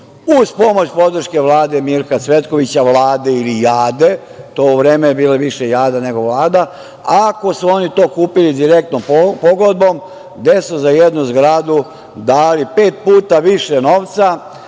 uz pomoć podrške Vlade Mirka Cvetkovića, Vlade Ilijade, u to vreme je bila više jada nego Vlada. Ako su oni to kupili direktnom pogodbom, gde su za jednu zgradu dali pet puta više novca